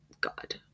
God